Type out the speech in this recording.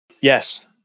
Yes